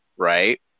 right